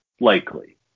likely